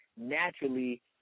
Naturally